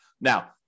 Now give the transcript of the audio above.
Now